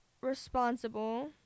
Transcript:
responsible